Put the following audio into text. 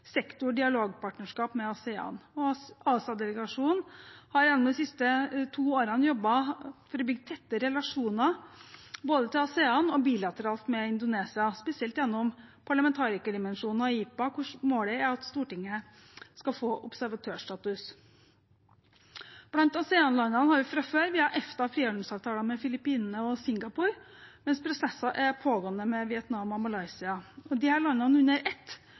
har gjennom de to siste årene jobbet for å bygge tettere relasjoner både til ASEAN og bilateralt til Indonesia, spesielt gjennom den interparlamentariske forsamlingen, AIPA, hvor målet er at Stortinget skal få observatørstatus. Blant ASEAN-landene har vi fra før, via EFTA, frihandelsavtaler med Filippinene og Singapore, mens det pågår prosesser med Vietnam og Malaysia. Landene under ett